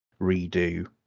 redo